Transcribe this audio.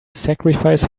sacrifice